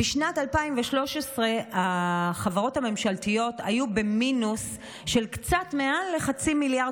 בשנת 2013 החברות הממשלתיות היו במינוס של קצת מעל חצי מיליארד שקלים.